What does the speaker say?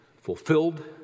fulfilled